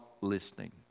listening